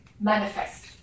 manifest